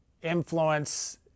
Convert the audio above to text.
Influence